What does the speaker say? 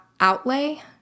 outlay